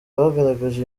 bagaragaje